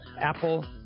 Apple